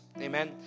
amen